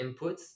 inputs